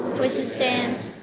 which it stands,